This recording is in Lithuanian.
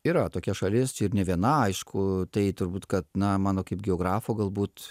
yra tokia šalis ir ne viena aišku tai turbūt kad na mano kaip geografo galbūt